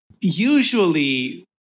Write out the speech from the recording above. usually